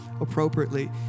appropriately